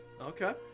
Okay